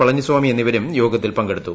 പളനിസ്വാമി എന്നിവരും യോഗത്തിൽ പങ്കെടുത്തു